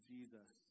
Jesus